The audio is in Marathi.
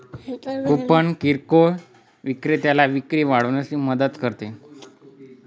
कूपन किरकोळ विक्रेत्याला विक्री वाढवण्यासाठी मदत करते